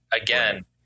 again